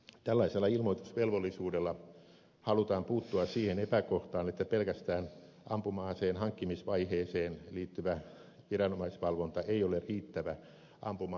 tällaisella ilmoitusvelvollisuudella halutaan puuttua siihen epäkohtaan että pelkästään ampuma aseen hankkimisvaiheeseen liittyvä viranomaisvalvonta ei ole riittävä ampuma aseturvallisuuden kannalta